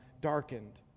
darkened